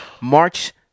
March